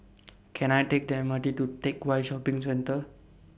Can I Take The M R T to Teck Whye Shopping Centre